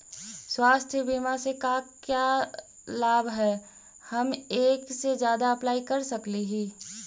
स्वास्थ्य बीमा से का क्या लाभ है हम एक से जादा अप्लाई कर सकली ही?